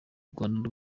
rwanda